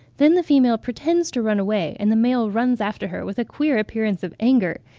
then the female pretends to run away and the male runs after her with a queer appearance of anger,